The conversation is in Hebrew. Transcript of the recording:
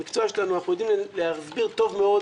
המקצוע שלנו יודעים להסביר טוב מאוד